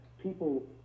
people